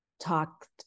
talked